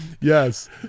Yes